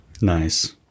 Nice